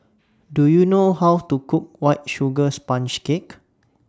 Do YOU know How to Cook White Sugar Sponge Cake